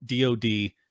DoD